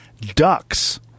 Ducks